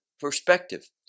perspective